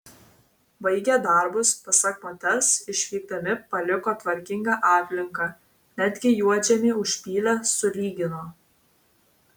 baigę darbus pasak moters išvykdami paliko tvarkingą aplinką netgi juodžemį užpylė sulygino